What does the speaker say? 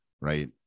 right